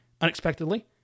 unexpectedly